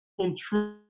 control